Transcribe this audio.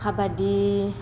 kabaddi